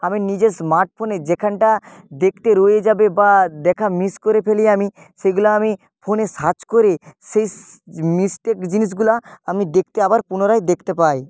আমি নিজে স্মার্টফোনে যেখানটা দেখতে রয়ে যাবে বা দেখা মিস করে ফেলি আমি সেগুলা আমি ফোনে সার্চ করে সেই মিসটেক জিনিসগুলা আমি দেখতে আবার পুনরায় দেখতে পাই